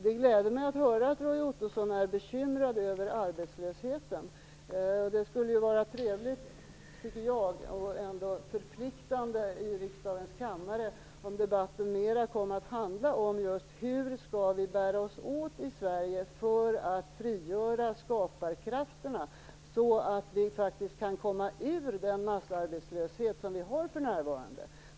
Det gläder mig att höra att Roy Ottosson är bekymrad över arbetslösheten. Det skulle vara trevligt, och ändå förpliktande i riksdagens kammare, om debatten mera kom att handla om hur vi skall bära oss åt i Sverige för att frigöra skaparkrafterna så att vi faktiskt kan komma ur den massarbetslöshet som vi har för närvarande.